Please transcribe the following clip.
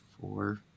four